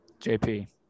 JP